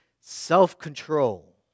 self-control